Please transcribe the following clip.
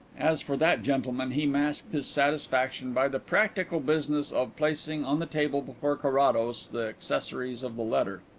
as for that gentleman, he masked his satisfaction by the practical business of placing on the table before carrados the accessories of the letter.